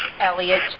Elliot